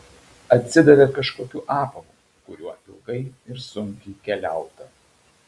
atsidavė kažkokiu apavu kuriuo ilgai ir sunkiai keliauta